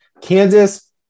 Kansas